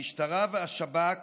המשטרה והשב"כ